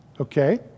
Okay